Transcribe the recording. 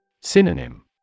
Synonym